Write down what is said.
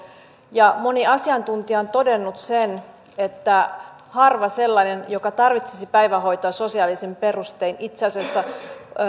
ja moni asiantuntija on todennut sen että harva sellainen joka tarvitsisi päivähoitoa sosiaalisin perustein itse asiassa